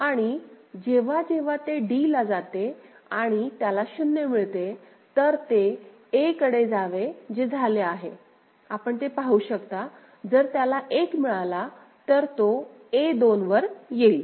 आणि जेव्हा जेव्हा ते d ला जाते आणि त्याला 0 मिळते तर ते a कडे जावे जे झाले आहे आपण ते पाहू शकता जर त्याला 1 मिळाला तर तो a2 वर येईल